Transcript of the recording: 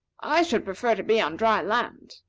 i should prefer to be on dry land.